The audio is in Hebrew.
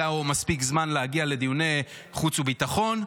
לו מספיק זמן להגיע לדיוני חוץ וביטחון,